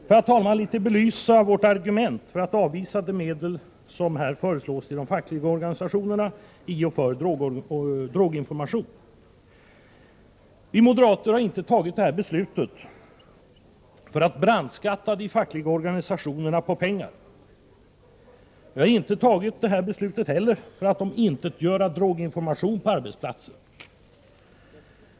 Låt mig belysa detta vår argument när det gäller att avvisa de medel som här föreslås till de fackliga organisationerna i och för droginformation. Vi moderater har inte tagit det här beslutet för att brandskatta de fackliga organisationernas ekonomiska resurser. Vi har inte heller tagit beslutet för att omintetgöra droginformation på arbetsplatserna.